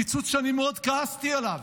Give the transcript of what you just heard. קיצוץ שאני מאוד כעסתי עליו,